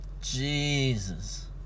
Jesus